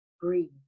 breathe